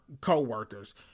co-workers